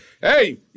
Hey